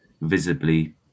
visibly